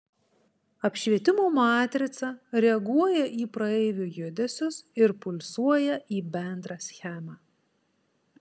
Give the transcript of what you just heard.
apšvietimo matrica reaguoja į praeivių judesius ir pulsuoja į bendrą schemą